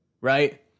right